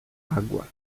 água